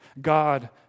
God